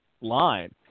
line